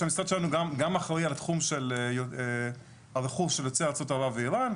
שהמשרד שלנו גם אחראי על התחום של הרכוש של יוצאי ארצות ערב ואיראן.